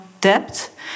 depth